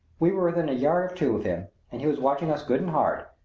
we were within a yard or two of him and he was watching us good and hard.